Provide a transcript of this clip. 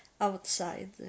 outside